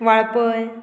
Valpoi